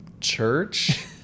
church